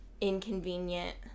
inconvenient